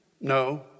No